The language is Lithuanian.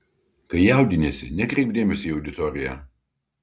kai jaudiniesi nekreipk dėmesio į auditoriją